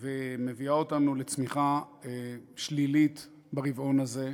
ומביאה אותנו לצמיחה שלילית ברבעון הזה,